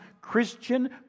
Christian